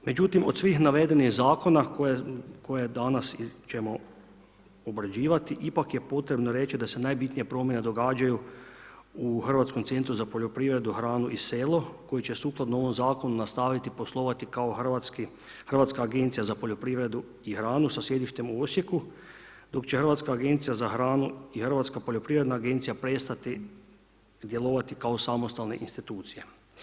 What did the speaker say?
Međutim, od svih navedenih zakona koje danas ćemo obrađivati ipak je potrebno reći da se najbitnije promjene događaju u Hrvatskom centru za poljoprivredu, hranu i selo koji će sukladno ovom zakonu nastaviti poslovati kao Hrvatska agencija za poljoprivredu i hranu sa sjedištem u Osijeku, dok će Hrvatska agencija za hranu i Hrvatska poljoprivredna agencija prestati djelovati kao samostalne institucije.